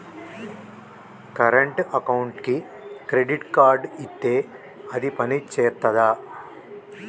Current అకౌంట్కి credit card ఇత్తే అది పని చేత్తదా?